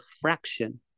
fraction